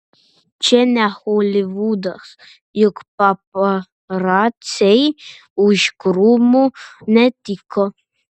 čia ne holivudas juk paparaciai už krūmų netyko